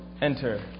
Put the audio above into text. enter